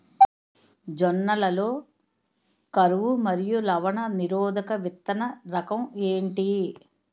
జొన్న లలో కరువు మరియు లవణ నిరోధక విత్తన రకం ఏంటి?